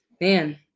Man